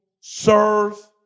serve